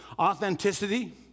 Authenticity